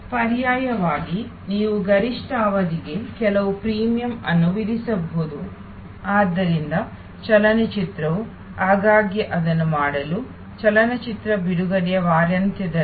ಪರ್ಯಾಯವಾಗಿ ನೀವು ಗರಿಷ್ಠ ಅವಧಿಗೆ ಕೆಲವು ಪ್ರೀಮಿಯಂ ಅನ್ನು ವಿಧಿಸಬಹುದು ಆದ್ದರಿಂದ ಚಲನಚಿತ್ರವು ಆಗಾಗ್ಗೆ ಅದನ್ನು ಮಾಡಲು ಚಲನಚಿತ್ರ ಬಿಡುಗಡೆಯ ವಾರಾಂತ್ಯದಲ್ಲಿ